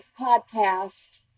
podcast